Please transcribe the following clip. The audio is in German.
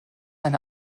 eine